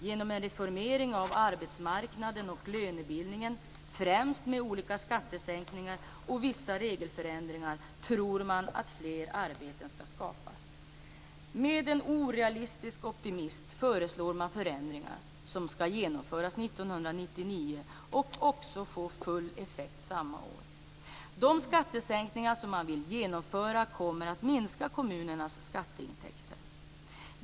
Genom en reformering av arbetsmarknaden och lönebildningen, främst med olika skattesänkningar och vissa regelförändringar, tror man att fler arbeten skall skapas. Med en orealistisk optimism föreslår man förändringar som skall genomföras 1999 och som också skall få full effekt samma år. De skattesänkningar som man vill genomföra kommer att minska kommunernas skatteintäkter.